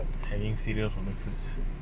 I haven't seen them like almost